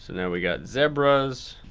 now we've got zebras,